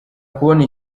kubona